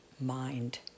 mind